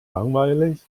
langweilig